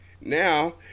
now